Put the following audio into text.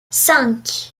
cinq